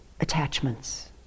attachments